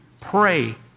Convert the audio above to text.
pray